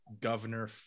Governor